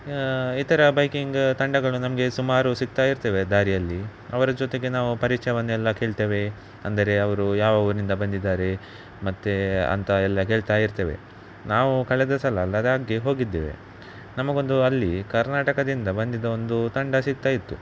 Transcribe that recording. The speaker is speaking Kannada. ಇತರ ಬೈಕಿಂಗ್ ತಂಡಗಳು ನಮಗೆ ಸುಮಾರು ಸಿಗ್ತಾ ಇರ್ತವೆ ದಾರಿಯಲ್ಲಿ ಅವರ ಜೊತೆಗೆ ನಾವು ಪರಿಚಯವನ್ನೆಲ್ಲ ಕೇಳ್ತೇವೆ ಅಂದರೆ ಅವರು ಯಾವ ಊರಿನಿಂದ ಬಂದಿದ್ದಾರೆ ಮತ್ತೆ ಅಂತ ಎಲ್ಲ ಕೇಳ್ತಾ ಇರ್ತೇವೆ ನಾವು ಕಳೆದ ಸಲ ಲದಾಕ್ಗೆ ಹೋಗಿದ್ದೇವೆ ನಮಗೊಂದು ಅಲ್ಲಿ ಕರ್ನಾಟಕದಿಂದ ಬಂದಿದ್ದ ಒಂದು ತಂಡ ಸಿಗ್ತಾ ಇತ್ತು